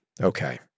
Okay